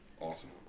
Awesome